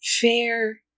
fair